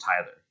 Tyler